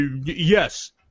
yes